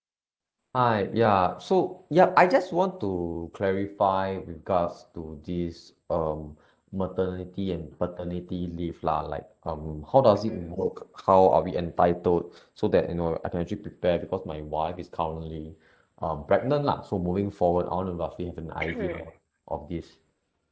hi yup so yup I just want to clarify regards to this um maternity and paternity leave lah like um how does it work how are we entitled so that you know I can actually prepare because my wife is currently um pregnant lah so moving forward I want to roughly have an idea of this